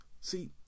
see